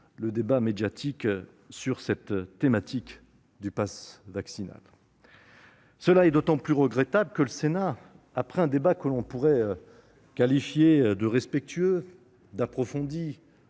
quelques jours sur la thématique du passe vaccinal. Cela est d'autant plus regrettable que le Sénat, après un débat que l'on peut qualifier de respectueux, d'approfondi